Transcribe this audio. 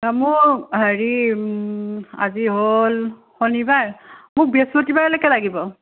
মোৰ হেৰি আজি হ'ল শনিবাৰ মোক বৃহস্পতিবাৰলৈকে লাগিব